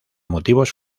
motivos